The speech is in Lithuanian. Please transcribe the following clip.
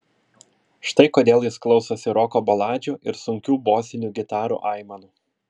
štai kodėl jis klausosi roko baladžių ir sunkių bosinių gitarų aimanų